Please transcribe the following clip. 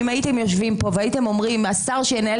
אם הייתם יושבים פה והייתם אומרים: השר שינהל